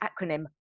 acronym